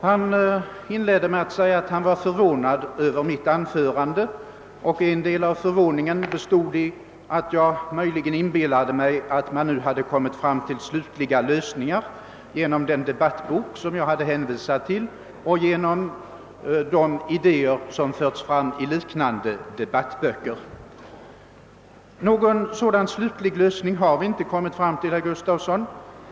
Han inledde med att säga att han var förvånad över mitt anförande, och en del av förvåningen bestod i att jag möjligen inbillade mig att man nu kommit fram till slutliga lösningar genom den debattbok som jag hänvisat till och genom de idéer vilka förts fram i liknande debattböcker. Någon sådan slutlig lösning har vi inte kommit fram till, herr Gustafson.